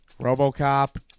Robocop